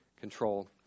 control